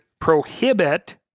prohibit